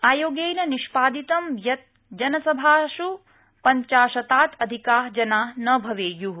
आयोगई निष्पादितं यत् जनसभास् पंचशतात् अधिका जना न भवरूँ